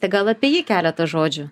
tai gal apie jį keletą žodžių